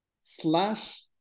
slash